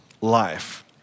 life